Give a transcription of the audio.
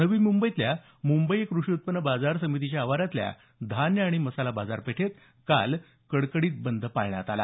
नवी मुंबईतल्या मुंबई कृषी उत्पन्न बाजार समितीच्या आवारातल्या पाचपैकी धान्य आणि मसाला बाजारपेठेत कडकडीत बंद पाळण्यात आला